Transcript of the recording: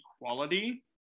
equality